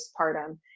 postpartum